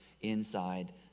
inside